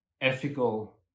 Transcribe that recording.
ethical